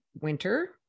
winter